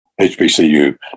HBCU